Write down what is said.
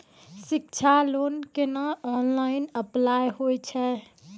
शिक्षा लोन केना online apply होय छै?